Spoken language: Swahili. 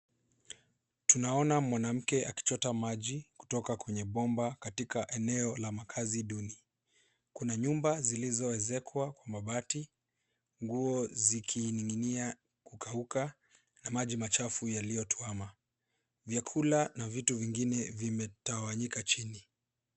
Tunaona mwanamke akichota maji kutoka kwenye bomba katika eneo la makazi duni .Kuna nyumba zilizo ezekwa kwa mabati nguo zikiniginia kukauka na maji machafu yaliyotuama vyakula na vitu vingine vime tawanyika chini.